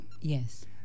Yes